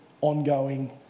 ongoing